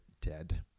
dead